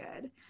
good